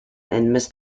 and